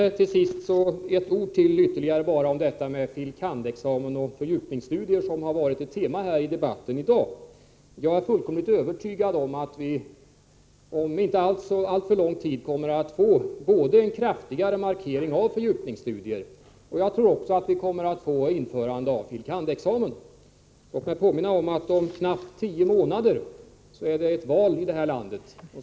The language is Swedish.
Till sist ett par ord till om fil. kand.-examen och fördjupningsstudier, som har varit ett tema i debatten här i dag. Jag är fullkomligt övertygad om att vi om inte alltför lång tid kommer att få både en kraftigare markering av fördjupningsstudier och införande av fil. kand.-examen. Låt mig påminna om att om knappt tio månader är det val i det här landet.